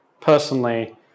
personally